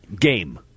Game